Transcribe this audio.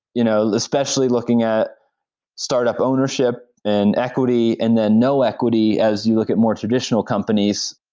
you know especially looking at startup ownership and equity and then no equity as you look at more traditional companies.